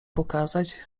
pokazać